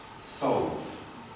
souls